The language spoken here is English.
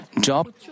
Job